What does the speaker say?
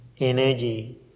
energy